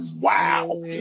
wow